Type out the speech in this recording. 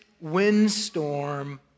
windstorm